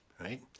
right